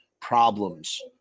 problems